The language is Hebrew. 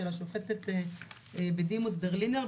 בראשות השופטת בדימוס ברלינר,